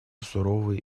суровый